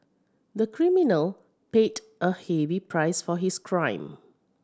the criminal paid a heavy price for his crime